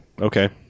Okay